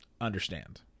understand